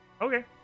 Okay